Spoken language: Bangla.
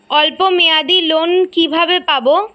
অল্প মেয়াদি লোন কিভাবে পাব?